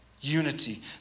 unity